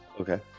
Okay